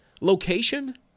Location